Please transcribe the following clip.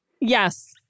Yes